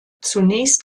zunächst